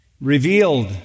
revealed